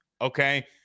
okay